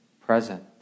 present